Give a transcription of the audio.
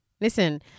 Listen